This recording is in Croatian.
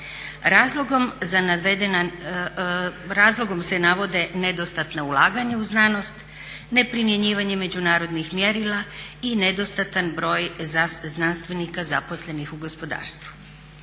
Razlogom se navode nedostatna ulaganja u znanost, neprimjenjivanje međunarodnih mjerila i nedostatan broj znanstvenika zaposlenih u gospodarstvu.